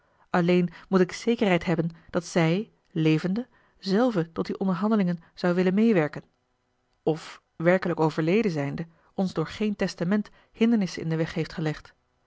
alleen moet ik zekerheid hebben dat zij levende zelve tot die onderhandelingen zou willen meêwerken of werkelijk overleden zijnde ons door geen testament hindernissen in den weg heeft gelegd